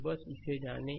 तो बस इसे जाने